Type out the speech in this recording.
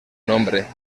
nombre